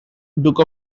duke